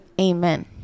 amen